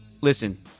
listen